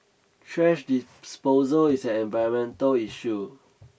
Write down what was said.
trash disposal is environmental issue